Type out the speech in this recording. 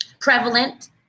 prevalent